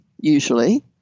usually